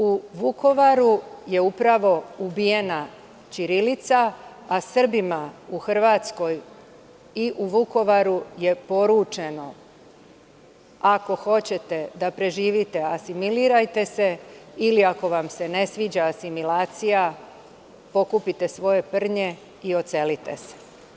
U Vukovaru je upravo ubijena ćirilica, a Srbima u Hrvatskoj i Vukovaru je poručeno – ako hoćete da preživite asimilirajte se, ili ako vam se ne sviđa asimilacija pokupite svoje prnje i odselite se.